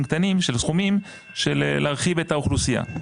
קטנים" של סכומים של להרחיב את האוכלוסייה.